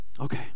Okay